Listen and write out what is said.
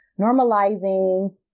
normalizing